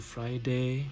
Friday